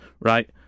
right